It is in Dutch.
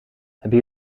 hebben